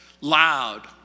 Loud